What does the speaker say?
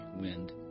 wind